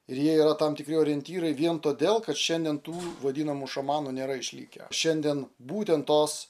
ir jie yra tam tikri orientyrai vien todėl kad šiandien tų vadinamų šamanų nėra išlikę šiandien būtent tos